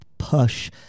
push